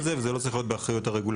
זה וזה לא צריך להיות באחריות הרגולטור,